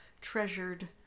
treasured